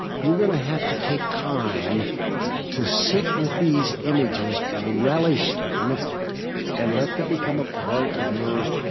you're going to have to take time to sit with these images and relish them and let them become a part of your